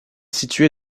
située